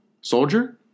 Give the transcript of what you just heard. soldier